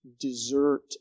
desert